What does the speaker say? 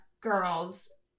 girls